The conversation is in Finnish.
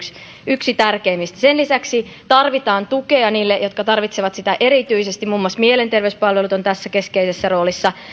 yksi tärkeimmistä sen lisäksi tarvitaan tukea niille jotka tarvitsevat sitä erityisesti muun muassa mielenterveyspalvelut ovat tässä keskeisessä roolissa